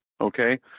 Okay